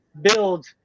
build